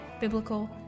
biblical